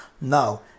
Now